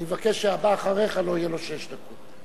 אני מבקש שהבא אחריך לא יהיו לו שש דקות.